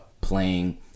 playing